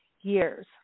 years